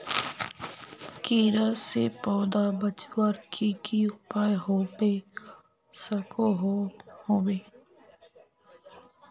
कीड़ा से पौधा बचवार की की उपाय होबे सकोहो होबे?